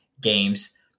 games